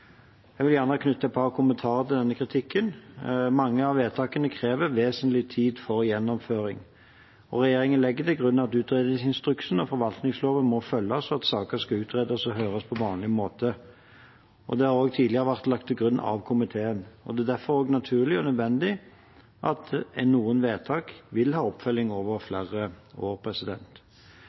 Jeg vil gjerne knytte et par kommentarer til denne kritikken. Mange av vedtakene krever vesentlig tid for gjennomføring, og regjeringen legger til grunn at utredningsinstruksen og forvaltningsloven må følges, og at saker skal utredes og høres på vanlig måte, og det har også tidligere vært lagt til grunn av komiteen. Det er derfor også naturlig og nødvendig at noen vedtak vil ha oppfølging over flere år.